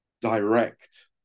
direct